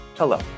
Hello